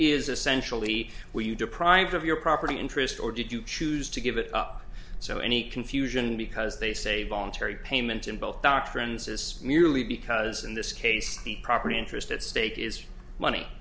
is essentially were you deprived of your property interest or did you choose to give it up so any confusion because they say voluntary payment in both doctrines is merely because in this case the property interest at stake is money